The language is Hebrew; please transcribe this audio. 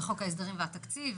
בחוק ההסדרים והתקציב.